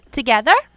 Together